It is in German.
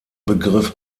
begriff